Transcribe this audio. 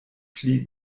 plie